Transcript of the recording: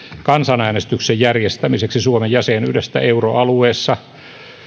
kansanäänestyksen järjestämiseksi suomen jäsenyydestä euroalueessa